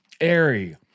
airy